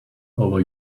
over